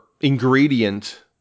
ingredient